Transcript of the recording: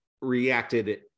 reacted